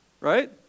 right